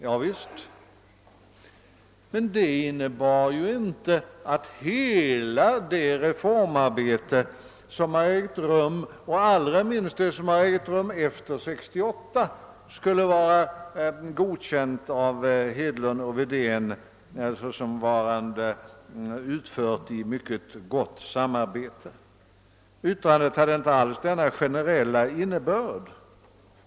Ja visst, men det innebar ju inte att hela det reformarbete som har ägt rum — allra minst det som har försiggått efter 1968 — skulle vara godkänt av herr Hedlund och herr Wedén såsom varande utfört i mycket gott samarbete. Yttrandet hade inte alls denna generella innebörd.